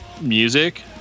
music